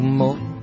more